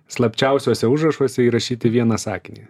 slapčiausiuose užrašuose įrašyti vieną sakinį